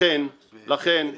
לכן זה